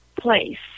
place